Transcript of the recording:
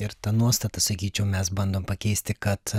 ir ta nuostata sakyčiau mes bandom pakeisti kad